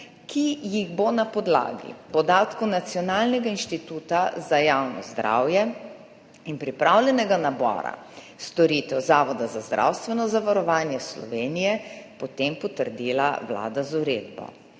ki jih bo na podlagi podatkov Nacionalnega inštituta za javno zdravje in pripravljenega nabora storitev Zavoda za zdravstveno zavarovanje Slovenije potem potrdila Vlada z uredbo.